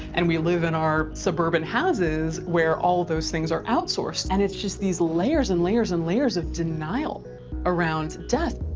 and we live in our suburban houses where all those things are outsourced. and it's just these little layers and layers and layers of denial around death.